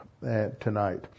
tonight